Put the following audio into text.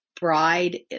bride